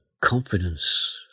confidence